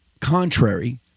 contrary